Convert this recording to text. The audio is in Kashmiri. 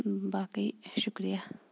باقٕے شُکریہ